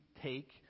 take